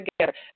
together